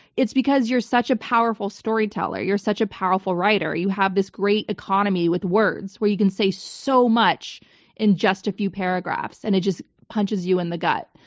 it's because you're such a powerful storyteller. you're such a powerful writer. you have this great economy with words where you can say so much in just a few paragraphs. and it just punches you in the gut.